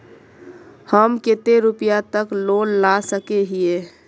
हम कते रुपया तक लोन ला सके हिये?